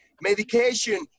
medication